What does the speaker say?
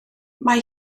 mae